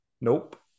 nope